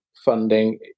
Funding